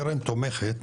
קרן תומכת,